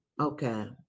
Okay